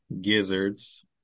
gizzards